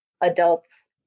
adults